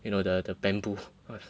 you know the the bamboo